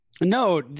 No